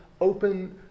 open